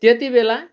त्यति बेला